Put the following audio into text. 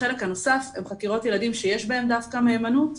החלק הנוסף הוא חקירות ילדים שיש בהן דווקא מהימנות,